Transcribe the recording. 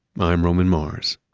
i'm roman mars